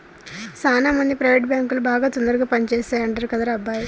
సాన మంది ప్రైవేట్ బాంకులు బాగా తొందరగా పని చేస్తాయంటరు కదరా అబ్బాయి